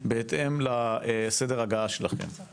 בהתאם לסדר ההגעה שלכם,